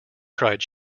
cried